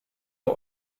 der